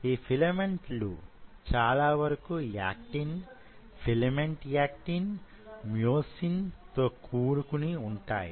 ఈ ఫిలమెంట్ లు చాలా వరకు యాక్టిన్ ఫిలమెంట్ యాక్టిన్ మ్యోసిన్ తో కూడుకొని వుంటాయి